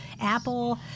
Apple